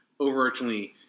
overarchingly